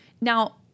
Now